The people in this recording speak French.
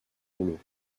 rouleau